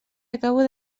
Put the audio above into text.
acabo